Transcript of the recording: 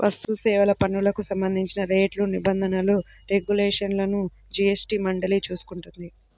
వస్తుసేవల పన్నుకు సంబంధించిన రేట్లు, నిబంధనలు, రెగ్యులేషన్లను జీఎస్టీ మండలి చూసుకుంటుంది